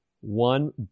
one